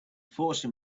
forcing